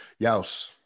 Yaus